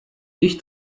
ich